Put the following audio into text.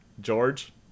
George